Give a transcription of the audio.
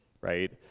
right